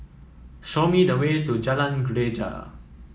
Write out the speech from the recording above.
show me the way to Jalan Greja